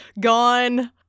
gone